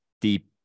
deep